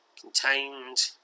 Contained